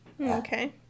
Okay